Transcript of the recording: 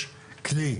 יש כלי,